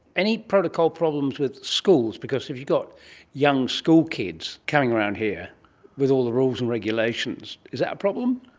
any protocol problems with schools? because if you've got young schoolkids coming around here with all the rules and regulations, is that a problem?